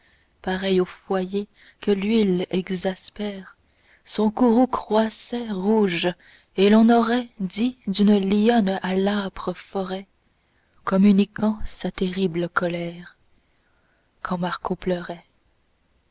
pareil au foyer que l'huile exaspère son courroux croissait rouge et l'on aurait dit d'une lionne à l'âpre forêt communiquant sa terrible colère quand marco pleurait